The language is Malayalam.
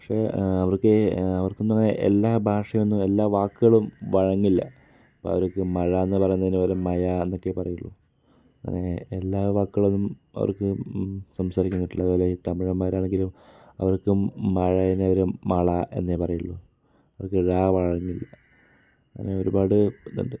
പക്ഷെ അവർക്ക് അവർക്കൊന്നും എല്ലാ ഭാഷയൊന്നും എല്ലാ വാക്കുകളും വഴങ്ങില്ല ഇപ്പോൾ അവരൊക്കെ മഴാന്ന് പറയുന്നതിന് പകരം മയാന്നൊക്കെ പറയുള്ളു അങ്ങനെ എല്ലാ വാക്കുകളും അവർക്ക് സംസാരിക്കാൻ പറ്റില്ല അതുപോലെ ഈ തമിഴന്മാരാണെങ്കിലും അവർക്ക് മഴ എന്നതിന് മള എന്നേ പറയുള്ളു അവർക്ക് ഴ വഴങ്ങില്ല അങ്ങനെ ഒരുപാട് ഇതൊണ്ട്